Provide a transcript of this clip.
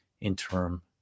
interim